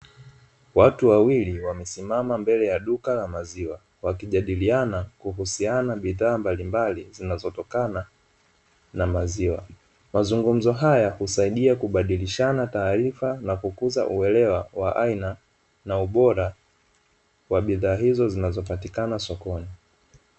Watu wawili wamesimama mbele ya duka la maziwa wakijadiliana kuhusiana na bidhaa mbalimbali zinazo tokana na maziwa, mazungumzo haya husaidia kubadilishana taarifa na kukuza uelewa wa aina na ubora wa bidhaa hizo zinavyopatikana sokoni.